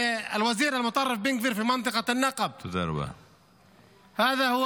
תודה רבה,